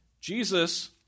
Jesus